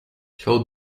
how